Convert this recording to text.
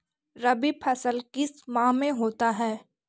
रवि फसल किस माह में होता है?